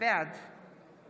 בעד